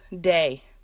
day